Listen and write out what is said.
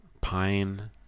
pine